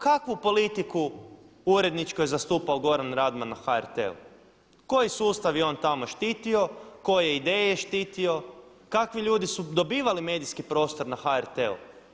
Kakvu politiku uredničku je zastupao Goran Radman na HRT-u, koji sustav je on tamo štitio, koje je ideje štitio, kakvi ljudi su dobivali medijski prostor na HRT-u?